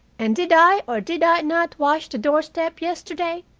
and did i or did i not wash the doorstep yesterday?